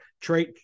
Trey